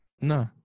No